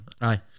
Aye